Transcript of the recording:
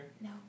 No